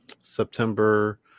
September